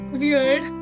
weird